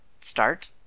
.start